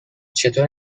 چطور